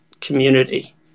community